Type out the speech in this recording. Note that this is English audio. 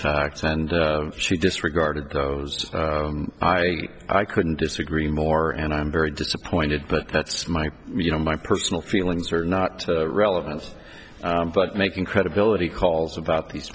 facts and she disregarded those i i couldn't disagree more and i'm very disappointed but that's my you know my personal feelings are not relevant but making credibility calls about these